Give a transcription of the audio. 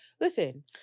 Listen